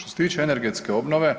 Što se tiče energetske obnove,